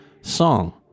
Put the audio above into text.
song